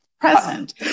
present